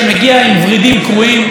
מגיע עם ורידים קרועים.